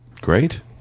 Great